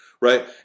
right